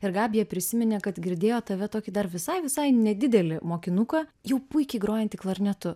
ir gabija prisiminė kad girdėjo tave tokį dar visai visai nedidelį mokinuką jau puikiai grojantį klarnetu